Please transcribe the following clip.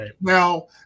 now